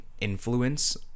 influence